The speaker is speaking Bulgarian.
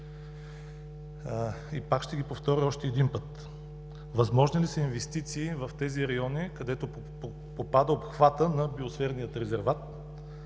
И пак ще ги повторя още един път: възможни ли са инвестиции в тези райони, където попада обхватът на Биосферният резерват,